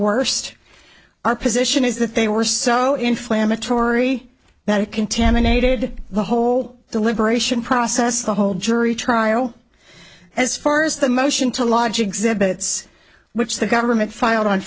worst our position is that they were so inflammatory that it contaminated the whole deliberation process the whole jury trial as far as the motion to lodge exhibits which the government filed on